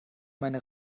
meine